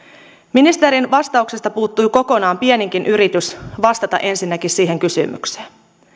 ministerin vastauksesta puuttui kokonaan pieninkin yritys vastata ensinnäkin siihen kysymykseen